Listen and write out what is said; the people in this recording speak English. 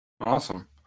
awesome